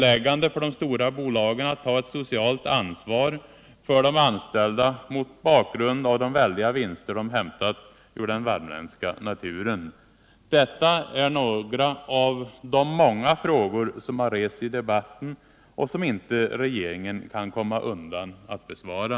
Åläggande för de stora bolagen att ta socialt ansvar för de anställda mot bakgrund av de väldiga vinster de hämtat ur den värmländska naturen. Detta är några av de många frågor som ställts i debatten och som regeringen inte kan komma undan att besvara.